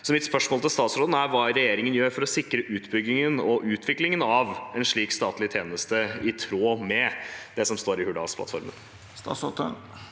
Mitt spørsmål til statsråden er: Hva gjør regjeringen for å sikre utbyggingen og utviklingen av en slik statlig tjeneste i tråd med det som står i Hurdalsplattformen?